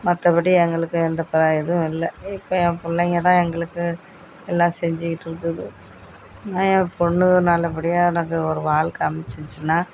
மற்றபடி எங்களுக்கு எந்த பர எதுவும் இல்லை இப்போ என் பிள்ளைங்கதான் எங்களுக்கு எல்லாம் செஞ்சுக்கிட்டு இருக்குது அதுதான் என் பொண்ணும் நல்லபடியாக அதுக்கு ஒரு வாழ்க்க அமைஞ்சிச்சுனா